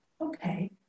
Okay